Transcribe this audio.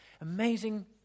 Amazing